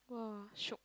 !wah! shiok